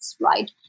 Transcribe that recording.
right